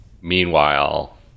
meanwhile